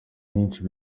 nyinshi